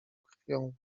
krwią